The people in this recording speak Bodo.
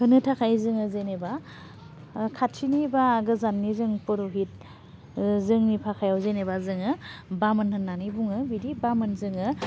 होनो थाखाय जोङो जेनेबा खाथिनि बा गोजाननि जों पुर'हिट जोंनि भाखायाव जेनेबा जोङो बामोन होन्नानै बुङो बिदि बामोन जोङो